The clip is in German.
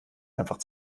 einfach